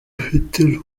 ufite